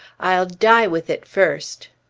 i'll die with it first!